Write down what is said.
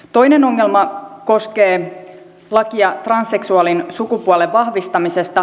toinen ongelma koskee lakia transseksuaalin sukupuolen vahvistamisesta